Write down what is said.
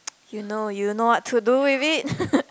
you know you'll know what to do with it